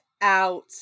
out